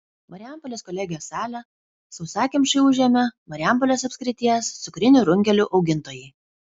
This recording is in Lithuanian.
marijampolės kolegijos salę sausakimšai užėmė marijampolės apskrities cukrinių runkelių augintojai